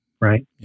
right